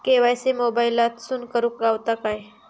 KYC मोबाईलातसून करुक गावता काय?